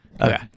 Okay